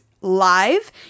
live